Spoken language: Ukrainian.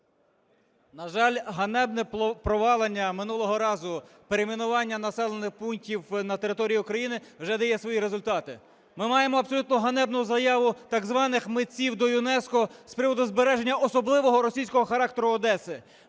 На жаль, ганебне провалення минулого разу перейменування населених пунктів на території України вже дає свої результати. Ми маємо абсолютно ганебну заяву так званих митців до ЮНЕСКО з приводу збереження особливого російського характеру Одеси.